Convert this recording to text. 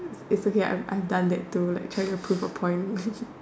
is okay I've I have done that too like trying to prove a point